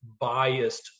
biased